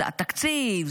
זה התקציב,